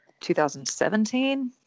2017